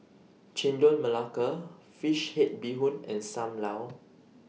Chendol Melaka Fish Head Bee Hoon and SAM Lau